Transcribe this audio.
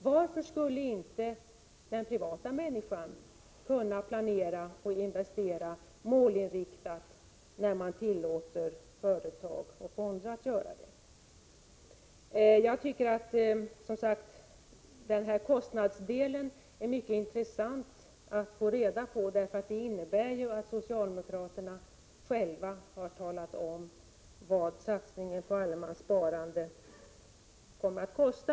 Varför skall inte privatpersoner kunna planera och investera målinriktat, när man tillåter företag och fonder att göra det? Kostnadsdelen är det mycket intressant att få reda på. Socialdemokraterna har själva talat om vad satsningen på allemanssparandet kommer att kosta.